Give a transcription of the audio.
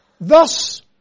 thus